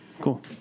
cool